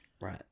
Right